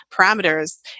parameters